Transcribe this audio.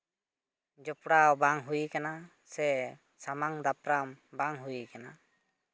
ᱡᱚᱯᱲᱟᱣ ᱵᱟᱝ ᱦᱩᱭ ᱠᱟᱱᱟ ᱥᱮ ᱥᱟᱢᱟᱝ ᱫᱟᱯᱨᱟᱢ ᱵᱟᱝ ᱦᱩᱭ ᱠᱟᱱᱟ